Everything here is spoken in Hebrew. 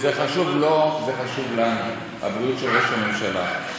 זה חשוב לו וזה חשוב לנו, הבריאות של ראש הממשלה.